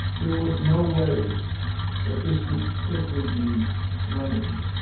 there was no way that this could quickly be remedied.